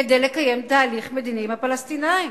כדי לקיים תהליך מדיני עם הפלסטינים.